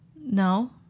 No